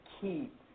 keep